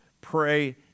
pray